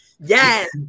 yes